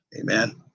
amen